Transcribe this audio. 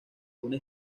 una